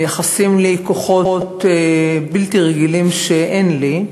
מייחסים לי כוחות בלתי רגילים שאין לי.